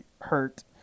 hurt